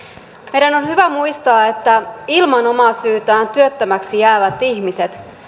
meidän on hyvä muistaa että ilman omaa syytään työttömiksi jäävät ihmiset